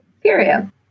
Period